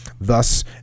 Thus